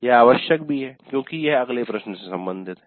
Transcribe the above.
यह आवश्यक भी है क्योंकि यह अगले प्रश्न से संबंधित है